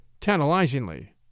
tantalizingly